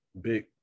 big